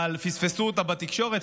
אבל פספסו אותה בתקשורת,